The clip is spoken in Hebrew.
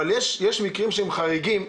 יש מקרים שהם חריגים.